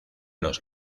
los